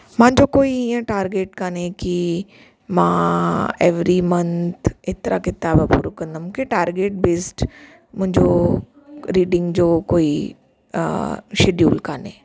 मुंहिंजो कोई इहे टारगेट कोन्हे की मां ऐवरी मंथ एतिरा किताब पुरो कंदमि मूंखे टारगेट बेस्ड मुंहिंजो रीडिंग जो कोई शड्यूल कोन्हे